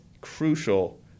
crucial